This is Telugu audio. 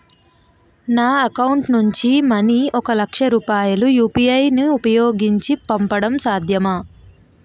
నా అకౌంట్ నుంచి మనీ ఒక లక్ష రూపాయలు యు.పి.ఐ ను ఉపయోగించి పంపడం సాధ్యమా?